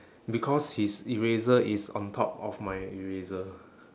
because his eraser is on top of my eraser